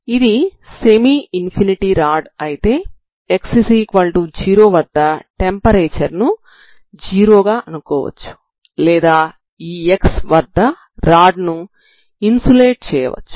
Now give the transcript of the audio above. ఇది semi infinity rod అయితే x0 వద్ద టెంపరేచర్ ను 0 గా అనుకోవచ్చు లేదా ఈ x వద్ద రాడ్ ను ఇన్సులేట్ చేయవచ్చు